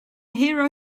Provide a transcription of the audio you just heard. hero